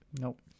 Nope